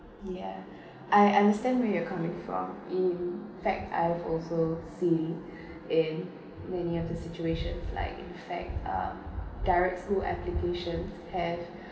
ya I understand where you coming in fact I have also see in many of the situation like in fact um direct school application have